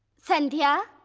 sandhya.